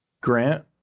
grant